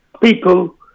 people